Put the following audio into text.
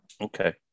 Okay